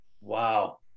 Wow